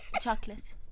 Chocolate